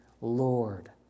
Lord